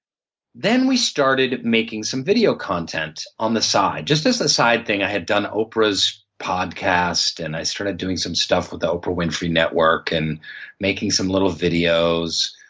then we started making some video content on the side. just as a side thing i had done oprah's podcast, and i started doing some stuff with the oprah winfrey network, and making some little videos.